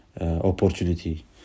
opportunity